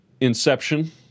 Inception